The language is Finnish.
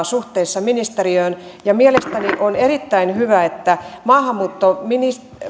suhteessa ministeriöön ja mielestäni on erittäin hyvä että maahanmuuttovirasto